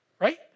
Right